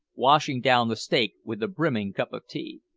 washing down the steak with a brimming cup of tea.